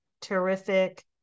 terrific